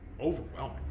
overwhelming